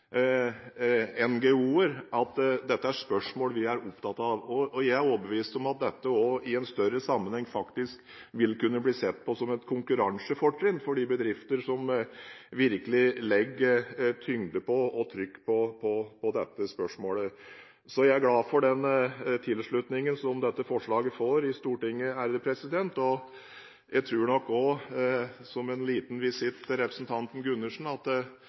at dette er spørsmål vi er opptatt av. Jeg er overbevist om at dette også i en større sammenheng faktisk vil kunne bli sett på som et konkurransefortrinn for de bedrifter som virkelig legger tyngde bak og trykk på dette spørsmålet. Jeg er glad for den tilslutningen dette forslaget får i Stortinget. Og, som en liten visitt til representanten Gundersen: